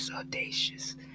audacious